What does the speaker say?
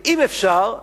ואם אפשר,